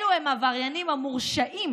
אלו הם העבריינים המורשעים